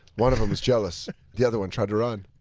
one of them is jealous. the other and tried to run.